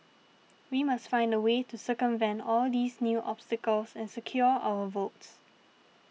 we must find a way to circumvent all these new obstacles and secure our votes